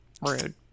Rude